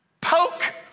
Poke